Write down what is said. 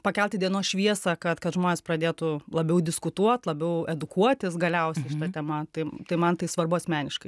pakelt į dienos šviesą kad kad žmonės pradėtų labiau diskutuot labiau edukuotis galiausiai šita tema tai tai man tai svarbu asmeniškai